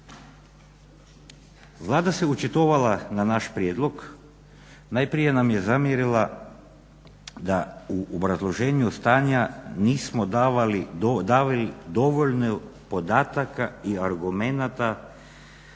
Vlada se očitovala na naš prijedlog, najprije nam je zamjerila da u obrazloženju stanja nismo davali dovoljno podataka i argumenta